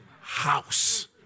house